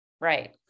Right